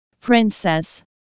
princess